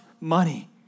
money